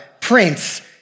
Prince